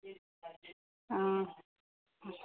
ಹಾಂ